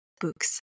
books